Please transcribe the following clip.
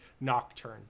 Nocturne